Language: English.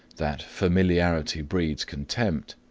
that familiarity breeds contempt.